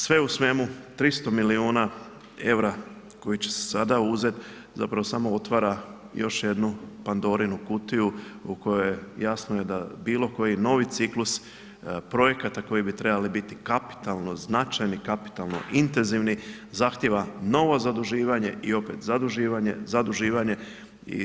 Sve u svemu 300 milijuna eura koji će se sada uzeti zapravo samo otvara još jednu Pandorinu kutiju u kojoj jasno je da bilo koji novi ciklus projekata koji bi trebali biti kapitalno značajni, kapitalno intenzivni zahtjeva novo zaduživanje i opet zaduživanje, zaduživanje.